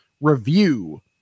review